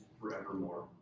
forevermore